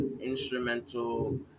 instrumental